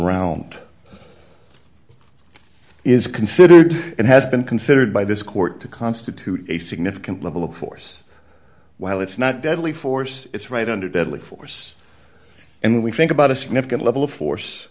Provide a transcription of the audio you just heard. round is considered and has been considered by this court to constitute a significant level of force while it's not deadly force its right under deadly force and we think about a significant level of force